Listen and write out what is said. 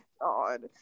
god